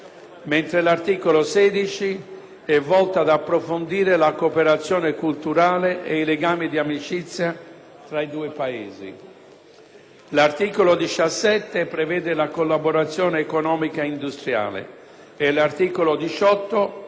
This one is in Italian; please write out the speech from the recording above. mentre l'articolo 16 è volto ad approfondire la cooperazione culturale e i legami di amicizia tra i due Paesi. L'articolo 17 prevede la collaborazione economica e industriale e l'articolo 18